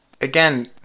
again